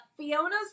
Fiona's